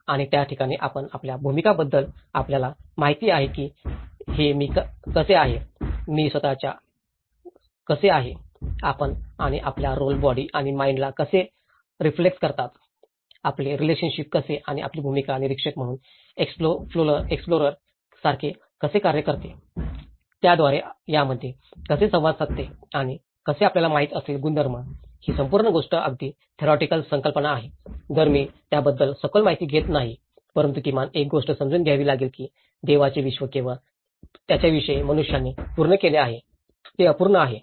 आणि त्याठिकाणी आपल्या भूमिकांबद्दल आपल्याला माहिती आहे की हे मी कसे आहे मी स्वत कसे आहे आणि आपण आणि आपल्या रोल बॉडी आणि माईंड ला कसे रेफ्लेक्स करतात आपले रिलेशनशिप कसे आणि आपली भूमिका निरीक्षक म्हणून एक्सप्लोरर सारखे कसे कार्य करते त्याद्वारे त्यामध्ये कसे संवाद साधते आणि कसे आपल्याला माहित असलेले गुणधर्म ही संपूर्ण गोष्ट अगदी थेरिओटिकल संकल्पना आहे जरी मी त्याबद्दल सखोल माहिती घेत नाही परंतु किमान एक गोष्ट समजून घ्यावी लागेल की देवाचे विश्व केवळ त्याच्याशिवाय मनुष्याने पूर्ण केले आहे ते अपूर्ण आहे